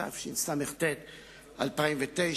התשס"ט 2009,